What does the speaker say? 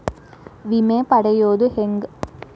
ವಿಮೆ ಪಡಿಯೋದ ಹೆಂಗ್?